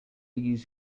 use